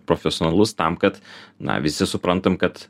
profesionalus tam kad na visi suprantam kad